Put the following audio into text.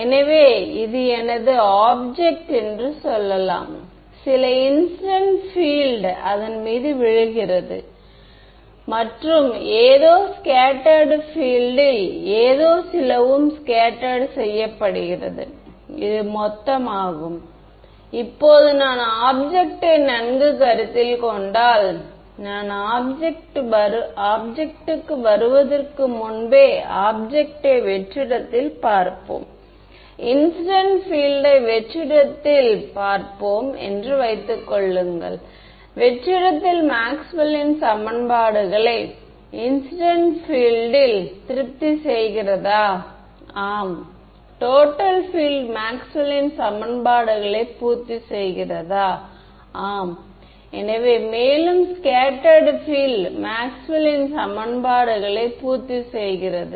எனவே PML யை FDTD ஆக செயல்படுத்துவது என்பது மிகவும் எளிமையானது என்பதெல்லாம் நம்மைப் பொறுத்தது தான் மற்றும் மேக்ஸ்வெல்லின் சமன்பாட்டை சற்று வித்தியாசமாகப் பார்ப்பது போன்றது ஆகும் ஏன் அந்த கோஓர்டினேட் ஸ்ட்ரெட்சிங் ஏனெனில் இந்த அளவுரு மேக்ஸ்வெல்லின் சமன்பாட்டை நாம் பார்க்கும் கோணத்தின் மூலமே தோற்றுவித்தது